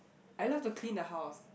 I love to clean the house